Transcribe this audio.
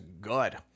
good